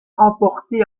emportée